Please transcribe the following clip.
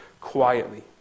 quietly